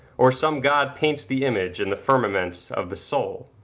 or some god paints the image in the firmament of the soul?